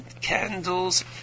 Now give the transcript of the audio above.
candles